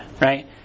right